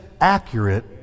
accurate